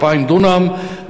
2,000 דונם,